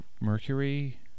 Mercury